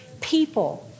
people